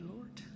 Lord